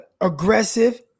aggressive